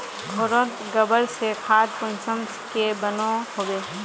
घोरोत गबर से खाद कुंसम के बनो होबे?